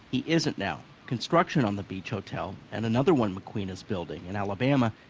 he isn't now. construction on the beach hotel and another one macqueen is building in alabama,